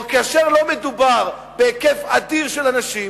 או כאשר לא מדובר בהיקף אדיר של אנשים,